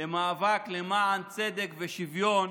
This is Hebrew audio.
למאבק למען צדק ושוויון